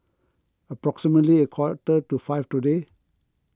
approximately a quarter to five today